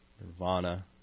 Nirvana